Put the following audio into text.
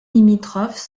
limitrophes